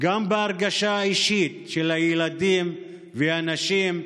גם בהרגשה האישית של הילדים והנשים,